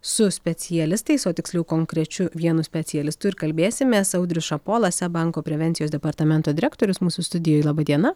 su specialistais o tiksliau konkrečiu vienu specialistu ir kalbėsimės audrius šapola seb banko prevencijos departamento direktorius mūsų studijoj laba diena